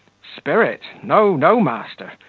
spirit! no, no, master,